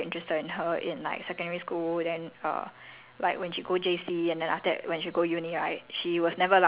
then like she don't allow her to date so even though she got like a few guys who were very interested in her in like secondary school then err